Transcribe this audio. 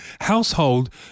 household